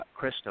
Krista